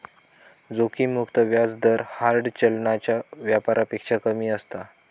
जोखिम मुक्त व्याज दर हार्ड चलनाच्या व्यापारापेक्षा कमी असता